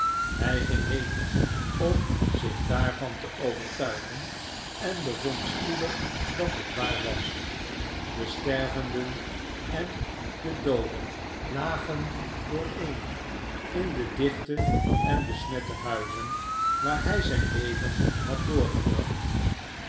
hy ging heen om zich daarvan te overtuigen enbevond spoedig dat het waar was de stervenden en de dooden lagen dooreen in de dichte en besmette huizen waar hy zyn leven had doorgebracht